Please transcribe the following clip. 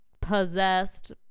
possessed